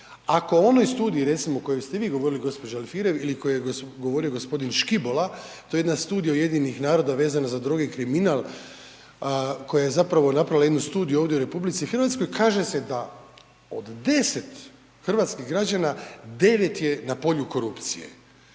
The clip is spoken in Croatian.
Ako u onoj studiji recimo o kojoj ste vi govorili gospođo Alfirev ili o kojoj je govorio gospodin Škibola, to je jedna studija UN-a vezana za droge i kriminal koja je zapravo napravila jednu studiju ovdje u RH, kaže se da od 10 hrvatskih građana 9 je na polju korupcije.